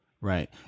Right